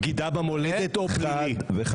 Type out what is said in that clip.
בגידה במולדת או פלילי.